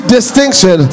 distinction